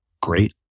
great